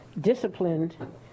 disciplined